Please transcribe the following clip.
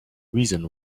reason